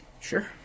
Sure